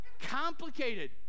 complicated